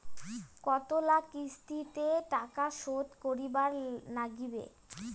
কতোলা কিস্তিতে টাকা শোধ করিবার নাগীবে?